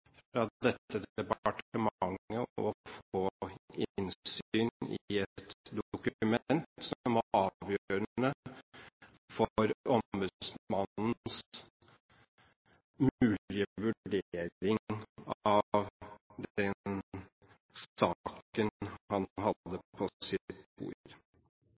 dette departementet nektet sivilombudsmannen å få innsyn i et dokument som var avgjørende for ombudsmannens mulige vurdering av den saken han